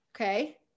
Okay